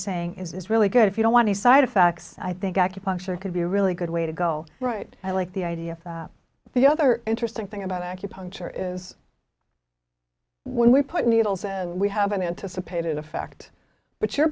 saying is really good if you don't want the side effects i think acupuncture could be a really good way to go right i like the idea the other interesting thing about acupuncture is when we put needles and we have an anticipated effect but your